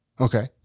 okay